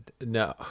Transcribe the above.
no